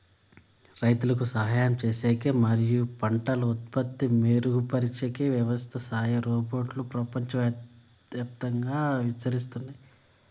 రైతులకు సహాయం చేసేకి మరియు పంటల ఉత్పత్తి మెరుగుపరిచేకి వ్యవసాయ రోబోట్లు ప్రపంచవ్యాప్తంగా విస్తరిస్తున్నాయి